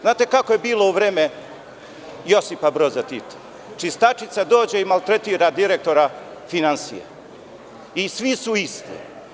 Znate kako je bilo u vreme Josipa Broza Tita, čistačica dođe i maltretira direktora finansija i svi su isti.